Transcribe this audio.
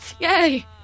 yay